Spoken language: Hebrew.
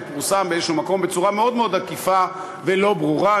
זה פורסם באיזה מקום בצורה מאוד מאוד עקיפה ולא ברורה,